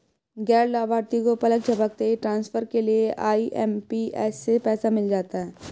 गैर लाभार्थी को पलक झपकते ही ट्रांसफर के लिए आई.एम.पी.एस से पैसा मिल जाता है